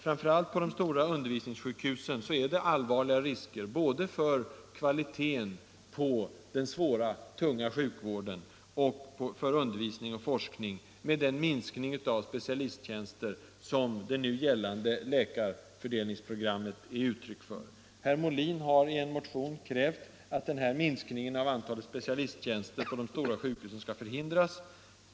Framför allt på de stora undervisningssjukhusen medför den minskning av antalet specialisttjänster, som det nu gällande läkarfördelningsprogrammet anger, allvarliga risker både för kvaliteten på den svåra, tunga sjukvården och för undervisning och forskning. Herr Molin har i en motion krävt att minskningen av antalet specialisttjänster på de stora sjukhusen skall förhindras.